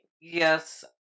Yes